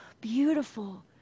beautiful